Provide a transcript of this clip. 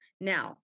Now